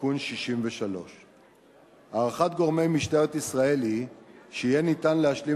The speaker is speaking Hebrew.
תיקון 63. הערכת גורמי משטרת ישראל היא שיהיה אפשר להשלים